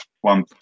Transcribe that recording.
one